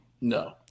No